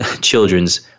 children's